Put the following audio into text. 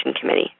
Committee